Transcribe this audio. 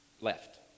left